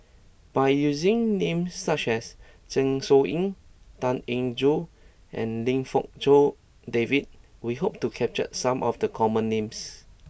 by using names such as Zeng Shouyin Tan Eng Joo and Lim Fong Jock David we hope to capture some of the common names